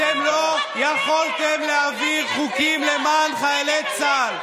לא יכולתם להעביר חוקים למען חיילי צה"ל.